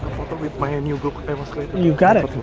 but with my new book you got it.